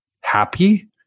happy